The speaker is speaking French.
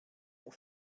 pour